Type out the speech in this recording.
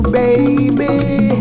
baby